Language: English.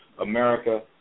America